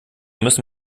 müssen